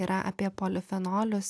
yra apie polifenolius